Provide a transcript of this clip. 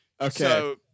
Okay